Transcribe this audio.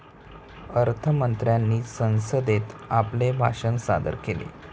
अर्थ मंत्र्यांनी संसदेत आपले भाषण सादर केले